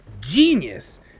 genius